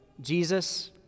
Jesus